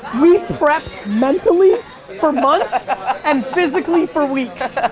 we prepped mentally for months and physically for weeks.